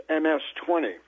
MS-20